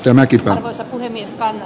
tämäkin on osa kymmenistä